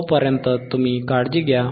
तोपर्यंत तुम्ही काळजी घ्या